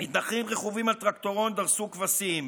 מתנחלים רכובים על טרקטורון דרסו כבשים,